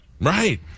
Right